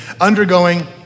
undergoing